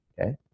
okay